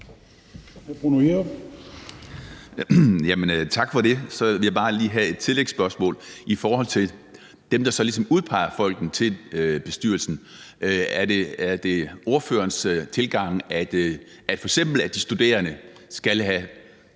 Tak for det. Så har jeg bare lige et tillægsspørgsmål om dem, der så ligesom udpeger folkene til bestyrelsen: Er det ordførerens tilgang til det, at f.eks. de studerende skal